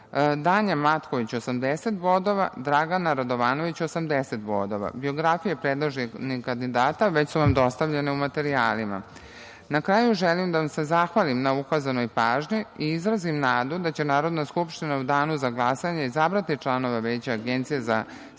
Danja Matković - 80 bodova, Dragana Radovanović - 80 bodova. Biografije predloženih kandidata već su vam dostavljene u materijalima. Na kraju, želim da vam se zahvalim na ukazanoj pažnji i izrazim nadu da će Narodna skupština u danu za glasanje izabrati članove Veća Agencije za sprečavanje